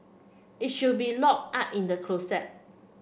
it should be locked up in the closet